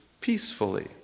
peacefully